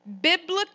biblical